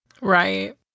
Right